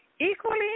Equally